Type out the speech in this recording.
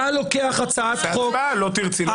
אז אל תצביעי בעדה.